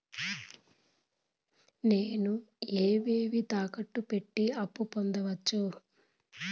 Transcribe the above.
నేను ఏవేవి తాకట్టు పెట్టి అప్పు పొందవచ్చు?